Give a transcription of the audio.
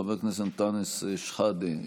חבר הכנסת אנטאנס שחאדה,